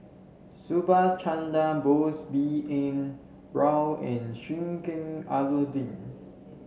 Subhas Chandra Bose B N Rao and Sheik Alau'ddin